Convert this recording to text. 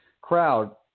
crowd